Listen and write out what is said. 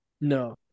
No